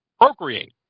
procreate